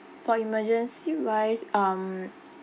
for emergency wise um